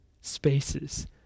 spaces